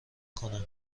کنم